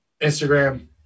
Instagram